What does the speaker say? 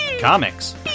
comics